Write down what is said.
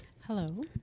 Hello